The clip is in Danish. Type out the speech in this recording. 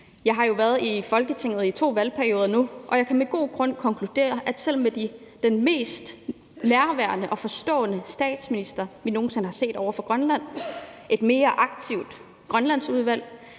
Jeg har jo været i Folketinget i to valgperioder nu, og jeg kan med god grund konkludere, at selv med den mest nærværende og forstående statsminister, vi nogen sinde har set, over for Grønland og et mere aktivt Grønlandsudvalg,